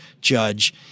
judge